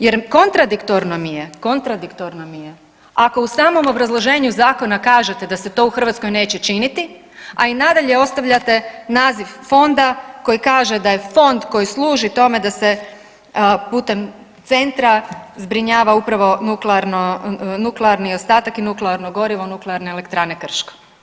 Jer kontradiktorno mi je ako u samom obrazloženju zakona kažete da se to u Hrvatskoj neće činiti, a i nadalje ostavljate naziv fonda koji kaže da je fond koji služi tome da se putem centra zbrinjava upravo nuklearni ostatak i nuklearno gorivo nuklearne elektrane Krško.